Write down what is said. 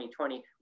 2020